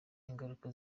ingaruka